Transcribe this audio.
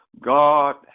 God